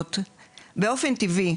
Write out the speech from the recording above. סדירויות באופן טבעי,